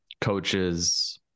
coaches